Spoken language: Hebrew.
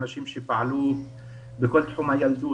אנשים שפעלו בכל תחום הילדות,